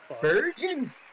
virgin